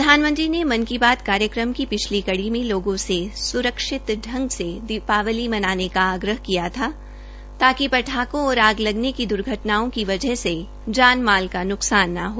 प्रधानमंत्री ने मन की बात कार्यक्रम की पिछली कड़ी में लोगों से सुरक्षित दीपावली मनाने का आग्रह किया था ताकि पटाखों और आग लगने की दुर्घटनाओं की बजह से जानमाल का नुकसान न हो